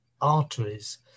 arteries